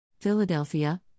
Philadelphia